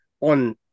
on